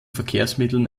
verkehrsmitteln